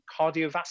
cardiovascular